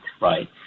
right